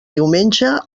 diumenge